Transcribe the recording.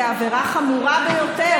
זו עבירה חמורה ביותר.